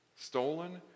stolen